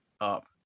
up